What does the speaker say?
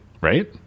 Right